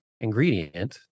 ingredient